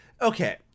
okay